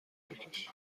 بکش